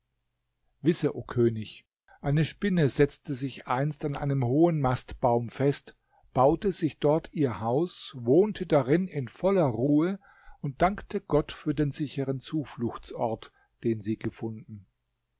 wisse o könig eine spinne setzte sich einst an einem hohen mastbaum fest baute sich dort ihr haus wohnte darin in voller ruhe und dankte gott für den sicheren zufluchtsort den sie gefunden